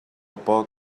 poc